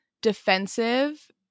defensive